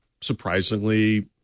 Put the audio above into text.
surprisingly